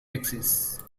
texas